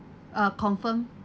uh confirmed